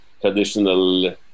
traditional